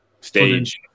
stage, –